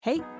Hey